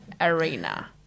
Arena